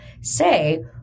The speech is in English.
Say